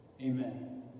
Amen